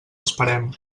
esperem